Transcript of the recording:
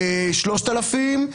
3,000,